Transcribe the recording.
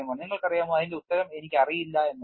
നിങ്ങൾക്കറിയാമോ അതിന്റെ ഉത്തരം എനിക്കറിയില്ല എന്നതാണ്